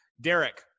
Derek